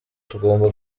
tugomba